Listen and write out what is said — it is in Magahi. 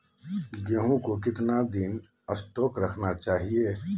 गेंहू को कितना दिन स्टोक रखना चाइए?